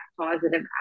positive